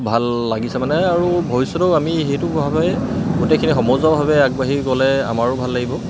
ভাল লাগিছে মানে আৰু ভৱিষ্যতেও আমি সেইটো ভাৱে গোটেইখিনি সমজুৱাভাৱে আগবাঢ়ি গ'লে আমাৰো ভাল লাগিব